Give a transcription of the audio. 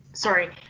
sorry,